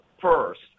First